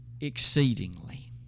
exceedingly